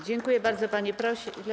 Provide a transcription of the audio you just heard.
Dziękuję bardzo, panie pośle.